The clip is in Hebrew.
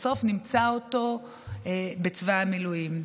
בסוף נמצא אותו בצבא המילואים.